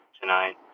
tonight